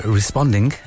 responding